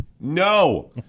no